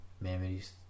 memories